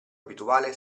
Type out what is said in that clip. abituale